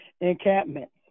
encampments